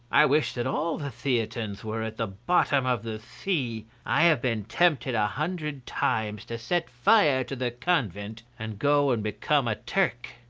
i wish that all the theatins were at the bottom of the sea. i have been tempted a hundred times to set fire to the convent, and go and become a turk.